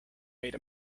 made